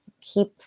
keep